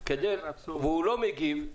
הוא לא מגיב,